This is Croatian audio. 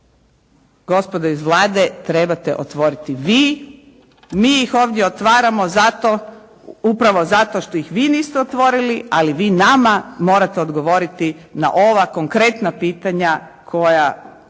gospodo iz Vlade trebate otvoriti vi. Mi ih ovdje otvaramo upravo zato što ih vi niste otvorili, ali vi nama morate odgovoriti na ova konkretna pitanja koja